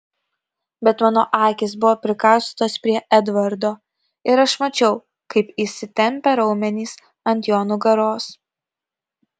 bet mano akys buvo prikaustytos prie edvardo ir aš mačiau kaip įsitempę raumenys ant jo nugaros